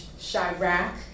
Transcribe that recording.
Chirac